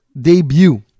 debut